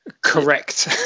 correct